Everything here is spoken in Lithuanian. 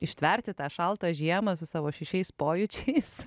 ištverti tą šaltą žiemą su savo šešiais pojūčiais